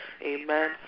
Amen